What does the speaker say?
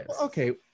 Okay